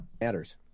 Matters